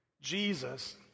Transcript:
Jesus